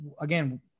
again